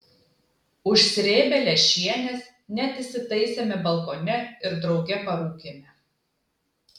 užsrėbę lęšienės net įsitaisėme balkone ir drauge parūkėme